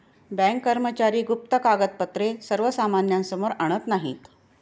bank कर्मचारी गुप्त कागदपत्रे सर्वसामान्यांसमोर आणत नाहीत